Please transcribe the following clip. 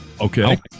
Okay